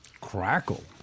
Crackle